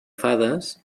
fades